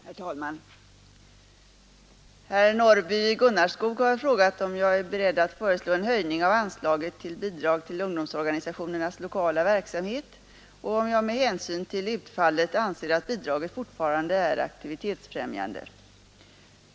Herr talman! Herr Norrby i Gunnarskog har frågat, om jag är beredd att föreslå en höjning av anslaget till Bidrag till ungdomsorganisationernas lokala verksamhet och om jag, med hänsyn till utfallet, anser att bidraget fortfarande är aktivitetsfrämjande.